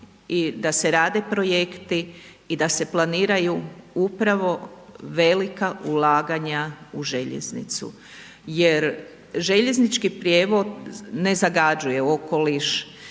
i da se rade projekti i da se planiraju upravo velika ulaganja u željeznicu jer željeznički prijevoz ne zagađuje okoliš,